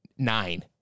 nine